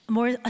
more